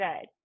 good